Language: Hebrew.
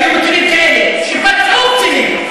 והיו מקרים כאלה שפצעו קצינים,